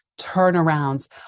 turnarounds